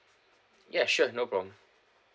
yes sure no problem